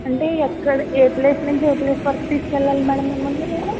అంటే ఎక్కడ ఏ ప్లేస్ నుంచి ఏ ప్లేస్ వరకూ తీసుకెళ్ళాలి మేడం మిమ్మల్ని మేము